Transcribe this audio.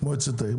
למועצת העיר.